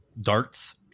darts